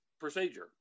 procedure